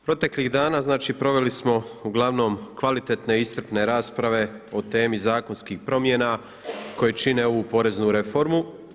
Proteklih dana proveli smo uglavnom kvalitetne i iscrpne rasprave o temi zakonskih promjena koje čine ovu poreznu reformu.